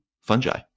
fungi